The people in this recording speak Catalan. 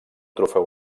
trofeu